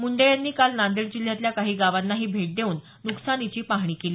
मुंडे यांनी काल नांदेड जिल्ह्यातल्या काही गावांनाही भेट देऊन नुकसानीची पाहणी केली